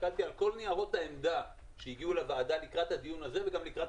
הסתכלתי על כל ניירות העמדה שהגיעו לוועדה לקראת הדיון הזה וגם לקראת